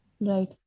Right